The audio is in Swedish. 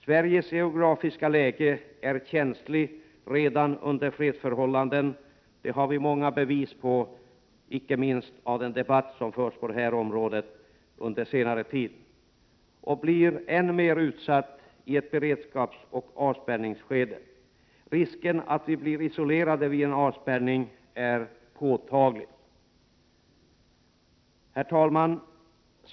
Sveriges geografiska läge är känsligt redan under fredsförhållanden, det har vi många bevis på, inte minst från den debatt som under senare tid har förts på detta område, och blir än mer utsatt i ett beredskapsoch avspärrningsskede. Risken att vi blir isolerade vid en avspärrning är påtaglig. Herr talman!